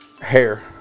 Hair